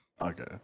Okay